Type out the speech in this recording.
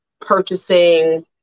purchasing